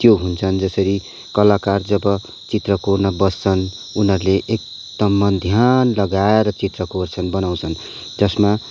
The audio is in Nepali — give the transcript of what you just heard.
त्यो हुन्छन् जसरी कलाकार जब चित्र कोर्न बस्छन् उनीहरूले एकदम मन ध्यान लगाएर चित्र कोर्छन् बनाउँछन् त्यसमा